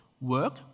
work